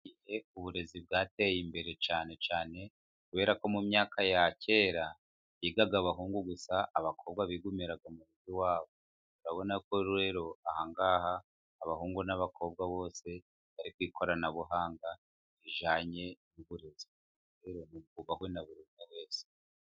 Uburezi bwateye imbere cyane cyane, kubera ko mu myaka ya kera higaga abahungu gusa, abakobwa bigumiraga mu rugo iwabo, urabona ko rero aha ngaha, abahungu n'abakobwa bose bari ku ikoranabuhanga rijyanye n'uburezi, rero ni bwubahwe na buri umwe wese.